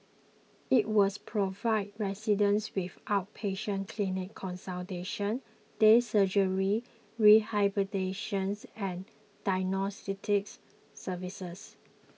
it was provide residents with outpatient clinic consultation day surgery rehabilitations and diagnostics services